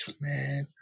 man